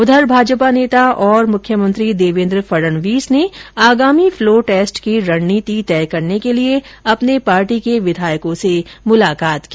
उधर भाजपा नेता और मुख्यमंत्री देवेन्द्र फडणवीस ने आगामी फ्लो टेस्ट की रणनीति तय करने के लिए अपने पार्टी के विधायकों से मुलाकात की